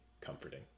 comforting